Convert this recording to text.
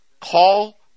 Call